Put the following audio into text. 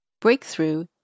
Breakthrough